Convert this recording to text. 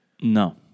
No